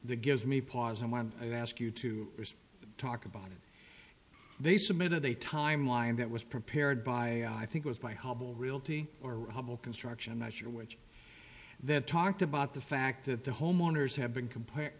the gives me pause and when i ask you to talk about it they submitted a timeline that was prepared by i think it was by hubble realty or hubble construction not sure which that talked about the fact that the homeowners have been compa